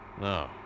No